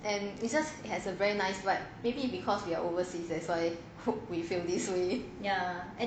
and because it has a very nice vibe maybe because we are overseas that's why we feel this way